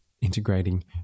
integrating